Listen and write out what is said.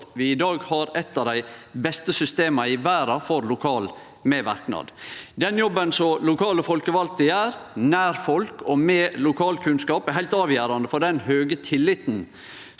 i dag har eit av dei beste systema i verda for lokal medverknad. Den jobben lokale folkevalde gjer, nær folk og med lokalkunnskap, er heilt avgjerande for den høge tilliten